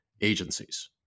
agencies